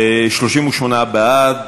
38 בעד,